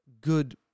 good